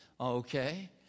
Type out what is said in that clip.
Okay